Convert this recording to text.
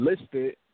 Listed